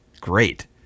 great